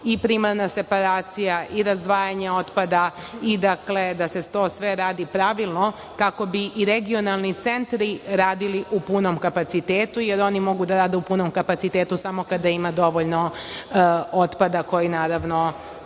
i primarna separacija i razdvajanje otpada i da se to sve radi pravilno, kako bi i regionalni centri radili u punom kapacitetu, jer oni mogu da rade u punom kapacitetu samo kada ima dovoljno otpada koji generišu